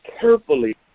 carefully